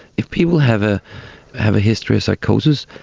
if people have ah have a history of psychosis,